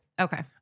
Okay